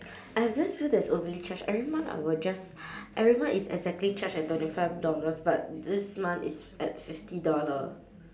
I have this bill that's overly charged every month I will just every month is exactly charged at twenty five dollars but this month it's at fifty dollar